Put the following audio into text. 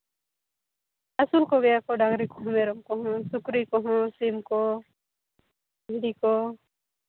ᱟᱹᱥᱩᱞ ᱠᱚᱜᱮᱭᱟᱠᱚ ᱰᱟᱝᱨᱤ ᱠᱚᱦᱚᱸ ᱢᱮᱨᱚᱢ ᱠᱚᱦᱚᱸ ᱥᱩᱠᱨᱤ ᱠᱚᱦᱚᱸ ᱥᱤᱢ ᱠᱚ ᱵᱷᱤᱰᱤ ᱠᱚ